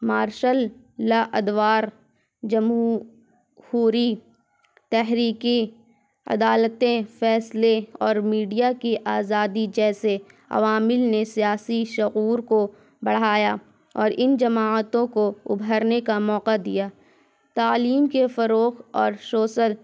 martial law ادوار جمہوری تحریکی عدالتیں فیصلے اور میڈیا کی آزادی جیسے عوامل نے سیاسی شعور کو بڑھایا اور ان جماعتوں کو ابھرنے کا موقع دیا تعلیم کے فروغ اور شوسل